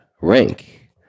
rank